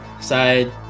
side